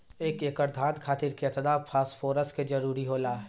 एक एकड़ धान खातीर केतना फास्फोरस के जरूरी होला?